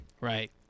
Right